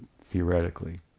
theoretically